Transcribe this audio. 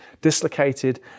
dislocated